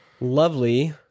lovely